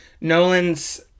Nolan's